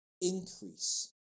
increase